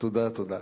תודה, תודה.